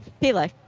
Pele